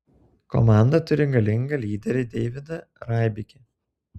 komanda turi galingą lyderį deividą raibikį